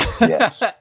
Yes